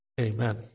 Amen